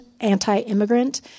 anti-immigrant